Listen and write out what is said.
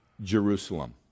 Jerusalem